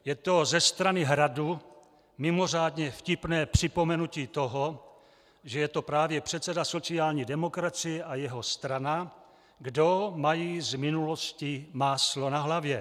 Je to ze strany Hradu mimořádně vtipné připomenutí toho, že je to právě předseda sociální demokracie a jeho strana, kdo mají z minulosti máslo na hlavě.